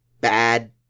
bad